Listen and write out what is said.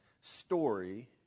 story